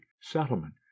settlement